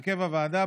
הרכב הוועדה,